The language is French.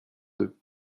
deux